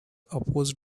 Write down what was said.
opposed